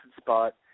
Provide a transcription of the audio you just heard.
spot